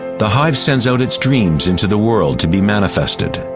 the hive sends out its dreams and to the world to be manifested.